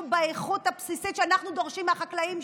באיכות הבסיסית שאנחנו דורשים מהחקלאים,